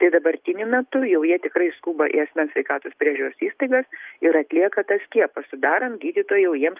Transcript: tai dabartiniu metu jau jie tikrai skuba į asmens sveikatos priežiūros įstaigas ir atlieka tą skiepą sudarant gydytojo jiems